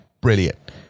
Brilliant